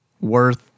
worth